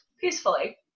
peacefully